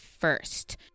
first